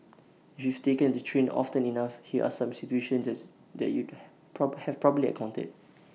youth taken the train often enough here are some situations that that you have probably encountered